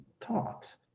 taught